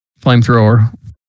flamethrower